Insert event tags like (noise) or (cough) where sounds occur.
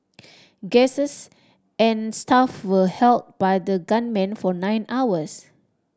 (noise) guesses and staff were held by the gunmen for nine hours